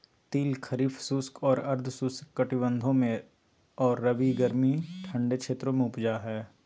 तिल खरीफ शुष्क और अर्ध शुष्क कटिबंधों में और रबी गर्मी ठंडे क्षेत्रों में उपजै हइ